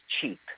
cheap